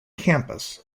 campus